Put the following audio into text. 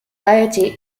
deity